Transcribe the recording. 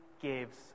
gives